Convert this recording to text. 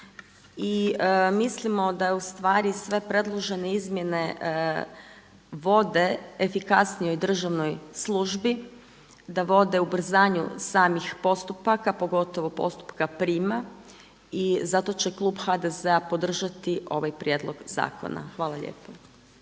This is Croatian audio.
i mislimo da su sve predložene izmjene vode efikasnijoj državnoj službi, da vode ubrzanju samih postupaka pogotovo postupka prima i zato će klub HDZ-a podržati ovaj prijedlog zakona. Hvala lijepo.